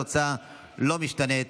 התוצאה לא משתנה.